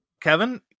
Kevin